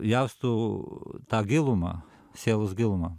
jaustų tą gilumą sielos gilumą